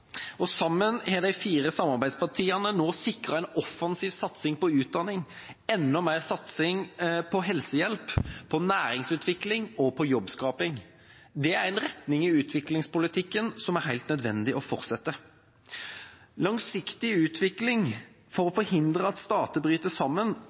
opp. Sammen har de fire samarbeidspartiene nå sikret en offensiv satsing på utdanning, enda mer satsing på helsehjelp, på næringsutvikling og på jobbskaping. Det er en retning i utviklingspolitikken som det er helt nødvendig å fortsette i. Vi må ha langsiktig utvikling for å forhindre at stater bryter sammen,